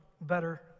better